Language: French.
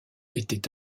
était